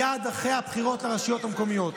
מייד אחרי הבחירות לרשויות המקומיות,